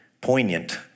poignant